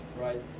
right